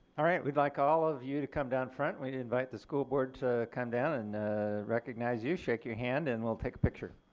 all right we'd like all of you to come down front and we invite the school board to come down and recognize you and shake your hand and we'll take a picture.